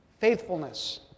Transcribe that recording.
faithfulness